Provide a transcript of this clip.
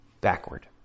backward